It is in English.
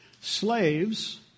Slaves